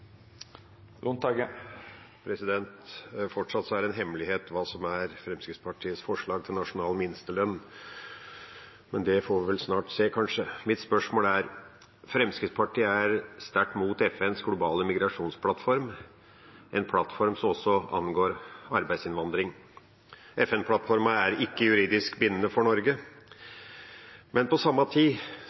er fortsatt en hemmelighet hva som er Fremskrittspartiets forslag til nasjonal minstelønn. Men det får vi vel snart se, kanskje. Mitt spørsmål er: Fremskrittspartiet er sterkt imot FNs globale migrasjonsplattform, en plattform som også angår arbeidsinnvandring. FN-plattformen er ikke juridisk bindende for Norge. På samme tid